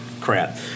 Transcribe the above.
crap